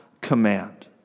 command